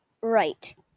Right